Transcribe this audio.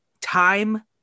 Time